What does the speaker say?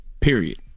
Period